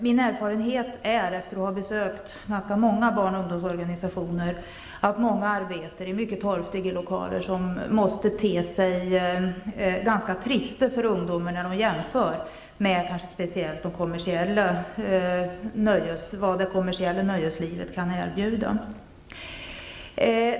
Min erfarenhet är, efter att ha besökt ganska många barn och ungdomsorganisationer, att många arbetar i mycket torftiga lokaler som måste te sig ganska trista för ungdomar om de jämför dem med vad framför allt det kommersiella nöjeslivet kan erbjuda.